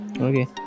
Okay